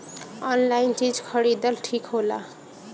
Online चीज खरीदल ठिक होला?